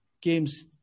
games